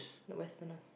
the westerners